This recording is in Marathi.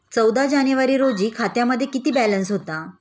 चौदा जानेवारी रोजी खात्यामध्ये किती बॅलन्स होता?